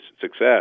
success